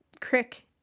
Crick